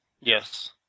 Yes